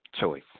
choice